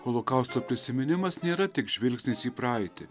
holokausto prisiminimas nėra tik žvilgsnis į praeitį